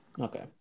Okay